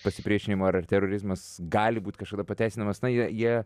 pasipriešinimo ar ar terorizmas gali būt kažkada pateisinamas na jie jie